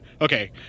Okay